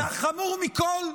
והחמור מכול: